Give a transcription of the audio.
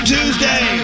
Tuesday